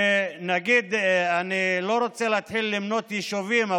אני לא רוצה להתחיל למנות יישובים,